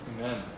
Amen